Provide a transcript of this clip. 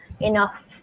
enough